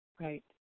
Right